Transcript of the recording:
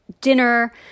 dinner